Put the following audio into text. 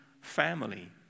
family